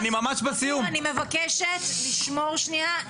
אני מבקשת לשמור שנייה.